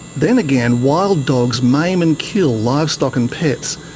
then again, wild dogs maim and kill livestock and pets,